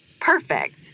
perfect